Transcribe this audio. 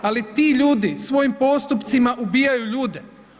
Ali ti ljudi svojim postupcima ubijaju ljude.